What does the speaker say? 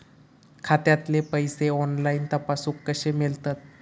खात्यातले पैसे ऑनलाइन तपासुक कशे मेलतत?